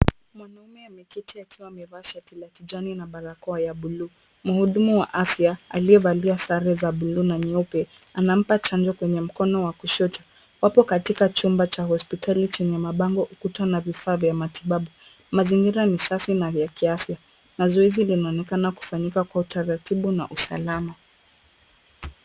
Mwanaume ameketi akiwa amevaa shati la kijani na barakoa ya buluu. Mhudumu wa afya aliyevalia sare za buluu na nyeupe anampa chanjo kwenye mkono wa kushoto. Wapo katika chumba cha hospitali chenye mabango, ukuta na vifaa vya matibabu. Mazingira ni safi na ya kiafya na zoezi linaonekana kufanyika kwa utaratibu na usalama.